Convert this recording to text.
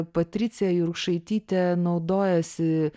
patricija jurkšaitytė naudojasi